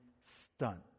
stunt